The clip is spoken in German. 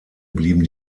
blieben